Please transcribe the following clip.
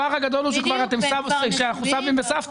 הפער הגדול הוא כשאנחנו כבר סבים וסבתות.